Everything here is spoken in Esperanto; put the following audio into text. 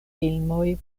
filmoj